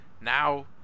Now